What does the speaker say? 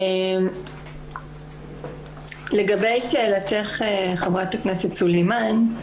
לגבי שאלתך ח"כ סלימאן,